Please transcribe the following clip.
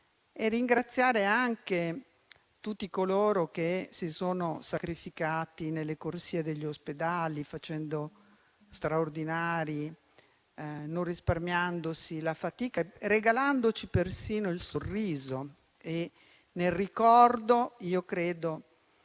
ringraziare anche tutti coloro che si sono sacrificati nelle corsie degli ospedali facendo straordinari, non risparmiandosi la fatica e regalandoci persino il sorriso. Nel ricordo, credo